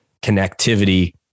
connectivity